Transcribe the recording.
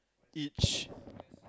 each